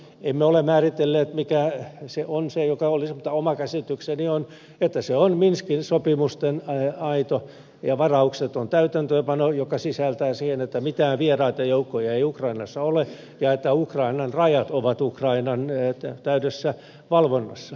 emme ole määritelleet mikä se on joka olisi mutta käsitykseni on että se on minskin sopimusten aito ja varaukseton täytäntöönpano joka sisältää sen että mitään vieraita joukkoja ei ukrainassa ole ja että ukrainan rajat ovat ukrainan täydessä valvonnassa